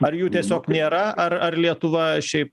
ar jų tiesiog nėra ar ar lietuva šiaip